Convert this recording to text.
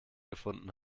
gefunden